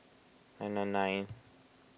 nine nine nine